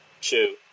two